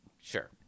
sure